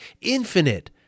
infinite